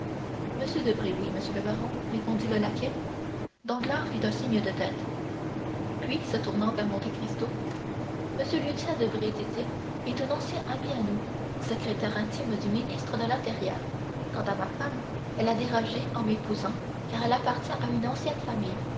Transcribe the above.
m debray oui monsieur le baron répondit le laquais danglars fit un signe de tête puis se tournant vers monte cristo m lucien debray dit-il est un ancien ami à nous secrétaire intime du ministre de l'intérieur quant à ma femme elle a dérogé en m'épousant car elle appartient à une ancienne famille